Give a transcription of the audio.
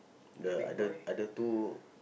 the other other two